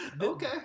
Okay